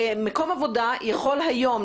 מקום עבודה יכול היום,